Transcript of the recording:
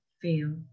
feel